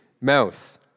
mouth